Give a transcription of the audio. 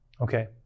Okay